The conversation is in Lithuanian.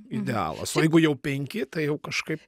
idealas o jeigu jau penki tai jau kažkaip